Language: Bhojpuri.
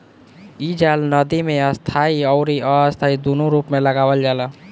इ जाल नदी में स्थाई अउरी अस्थाई दूनो रूप में लगावल जाला